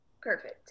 perfect